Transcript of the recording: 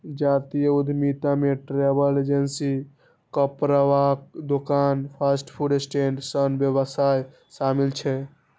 जातीय उद्यमिता मे ट्रैवल एजेंसी, कपड़ाक दोकान, फास्ट फूड स्टैंड सन व्यवसाय शामिल छै